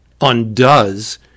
undoes